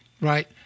Right